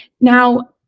Now